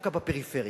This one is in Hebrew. דווקא בפריפריה,